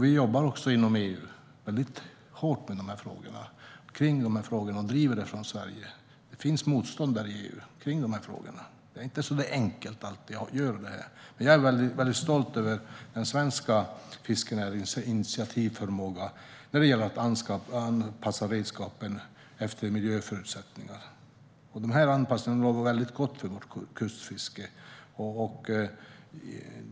Vi jobbar också väldigt hårt från Sverige med att driva de här frågorna inom EU. Det finns motstånd i EU i dessa frågor. Det är inte alltid så enkelt, men jag är väldigt stolt över den svenska fiskerinäringens initiativförmåga när det gäller att anpassa redskapen efter miljöförutsättningarna. Denna anpassning lovar väldigt gott för vårt kustfiske.